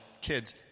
kids